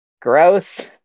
gross